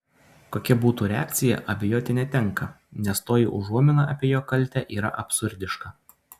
kokia būtų reakcija abejoti netenka nes toji užuomina apie jo kaltę yra absurdiška